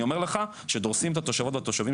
אני אומר לך שדורסים את התושבים והתושבות